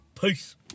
Peace